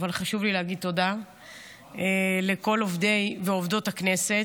אבל חשוב לי להגיד תודה לכל עובדי ועובדות הכנסת,